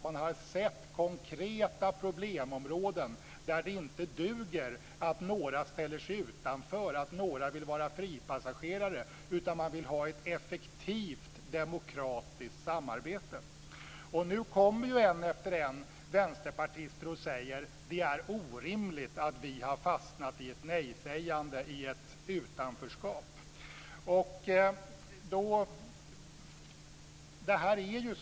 Man har sett konkreta problemområden där det inte duger att några ställer sig utanför och vill vara fripassagerare, utan där man vill ha ett effektivt demokratiskt samarbete. Nu kommer ju vänsterpartister en efter en och säger att det är orimligt att de har fastnat i ett nej-sägande, i ett utanförskap.